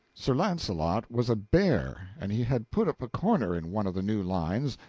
sir launcelot was a bear, and he had put up a corner in one of the new lines,